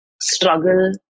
struggle